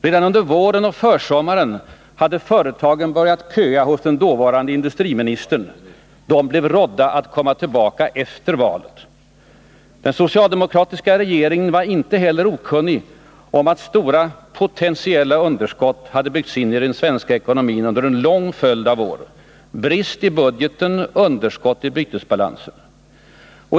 Redan under våren och försommaren hade företagen börjat köa hos den dåvarande industriministern. De blev rådda att komma tillbaka efter valet. Den socialdemokratiska regeringen var inte heller okunnig om att stora potentiella underskott hade byggts in i den svenska ekonomin under en lång följd av år: brist i budgeten, underskott i bytesbalansen.